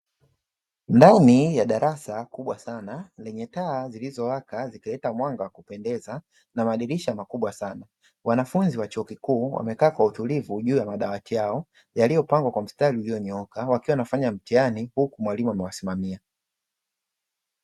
Ndani ya darasa kubwa sana lenye taa zilizowaka zikaleta mwanga wa kupendeza na madirisha makubwa sana. Wanafunzi wa chuo kikuu wamekaa kwa utulivu juu ya madawati yao; yaliyopangwa kwa mstari ulioonyooka, wakiwa wanafanya mtihani huku mwalimu amewasimamia.